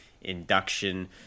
induction